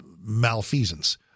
malfeasance